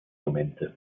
momente